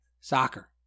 soccer